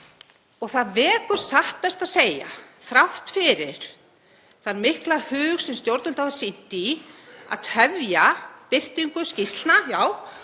Það vekur satt best að segja, þrátt fyrir þann mikla hug sem stjórnvöld hafa sýnt í að tefja birtingu skýrslna og